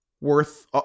Worth